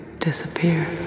disappear